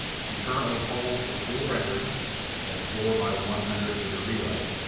she currently holds the school record in the four by one hundred meter relay,